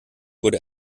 wurde